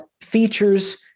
features